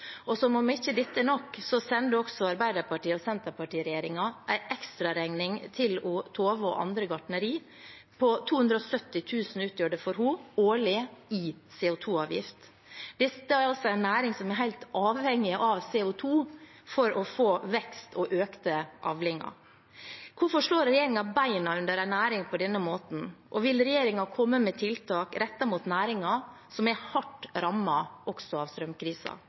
Og som om ikke dette er nok, sender også Arbeiderparti–Senterparti-regjeringen en ekstraregning til Tove og andre gartnerier: 270 000 kr utgjør det for henne årlig i CO 2 -avgift. Dette er en næring som er helt avhengig av CO 2 for å få vekst og økte avlinger. Hvorfor slår regjeringen beina under en næring på denne måten, og vil regjeringen komme med tiltak rettet mot næringer som er hardt rammet av strømkrisen også?